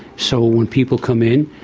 so when people come in,